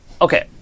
Okay